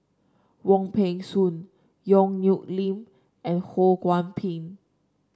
Wong Peng Soon Yong Nyuk Lin and Ho Kwon Ping